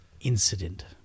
incident